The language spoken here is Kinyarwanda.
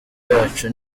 yacu